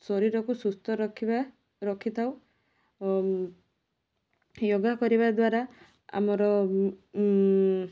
ଶରୀରକୁ ସୁସ୍ଥ ରଖିବା ରଖିଥାଉ ଓ ୟୋଗା କରିବାଦ୍ୱାରା ଆମର